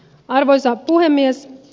arvoisa puhemies